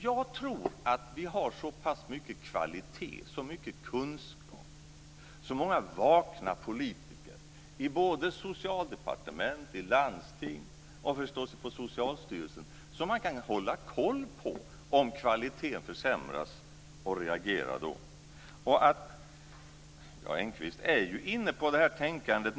Jag tror att vi har så pass mycket kvalitet och kunskap och så många vakna politiker i Socialdepartementet, i landsting och på Socialstyrelsen att man kan hålla koll på om kvaliteten försämras och reagera då. Engqvist är ju då och då inne på det här tänkandet.